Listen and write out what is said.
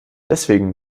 deswegen